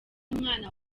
umwana